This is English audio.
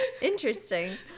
Interesting